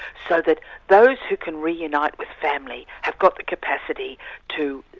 so that those who can reunite with family have got the capacity to,